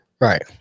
Right